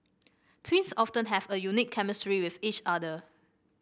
twins often have a unique chemistry with each other